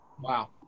Wow